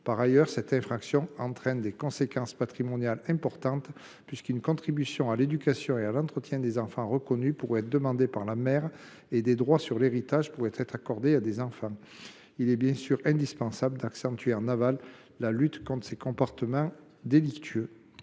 Par ailleurs, cette infraction a des conséquences patrimoniales importantes, puisqu’une contribution à l’éducation et à l’entretien des enfants reconnus pourrait être demandée par la mère et des droits sur l’héritage pourraient être accordés à des enfants. Il est bien sûr indispensable d’accentuer en aval la lutte contre ces comportements délictueux.